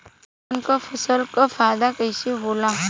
धान क फसल क फायदा कईसे होला?